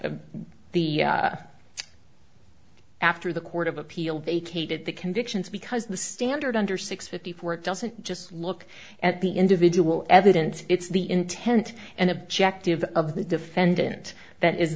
the the of after the court of appeal vacated the convictions because the standard under six fifty four it doesn't just look at the individual evidence it's the intent and objective of the defendant that is